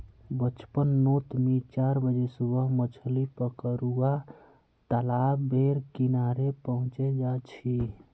बचपन नोत मि चार बजे सुबह मछली पकरुवा तालाब बेर किनारे पहुचे जा छी